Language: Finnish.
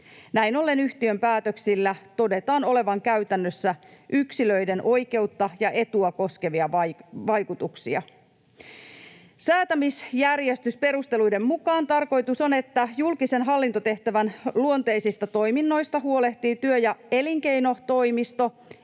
Näin ollen yhtiön päätöksillä todetaan olevan käytännössä yksilöiden oikeutta ja etua koskevia vaikutuksia. Säätämisjärjestysperusteluiden mukaan tarkoitus on, että julkisen hallintotehtävän luonteisista toiminnoista huolehtii työ‑ ja elinkeinotoimisto